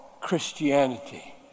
Christianity